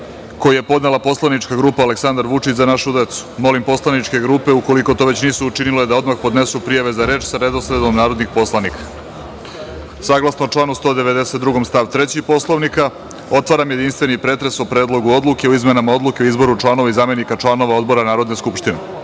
koji je podnela poslanička grupa Aleksandar Vučić – Za našu decu. Molim poslaničke grupe, ukoliko to već nisu učinile, da odmah podnesu prijave za reč sa redosledom narodnih poslanika. Saglasno članu 192. stav 3. Poslovnika otvaram jedinstveni pretres o Predlogu odluke o izmenama odluke o izboru članova i zamenika članova Odbora Narodne skupštine. Da